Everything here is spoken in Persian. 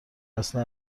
اصلا